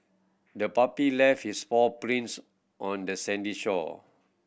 the puppy left its paw prints on the sandy shore